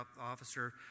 officer